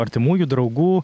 artimųjų draugų